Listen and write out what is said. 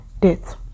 death